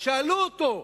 שאלו אותו: